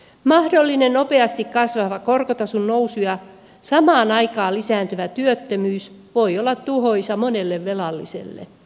mahdollinen nopeasti kasvava korkotason nousu ja samaan aikaan lisääntyvä työttömyys voi olla tuhoisaa monelle velalliselle